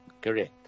correct